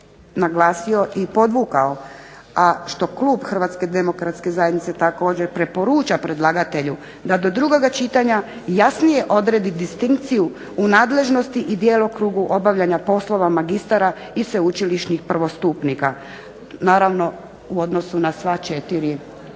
naglasio i podvukao, a što klub Hrvatske demokratske zajednice također preporuča predlagatelju da do drugoga čitanja jasnije odredi distinkciju u nadležnosti i djelokrugu obavljanja poslova magistara i sveučilišnih prvostupnika. Naravno u odnosu na sva četiri,